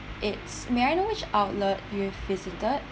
it's may I know which outlet you've visited